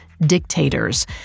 Dictators